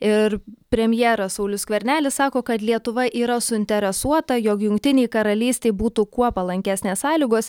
ir premjeras saulius skvernelis sako kad lietuva yra suinteresuota jog jungtinei karalystei būtų kuo palankesnės sąlygos